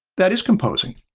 that is composing.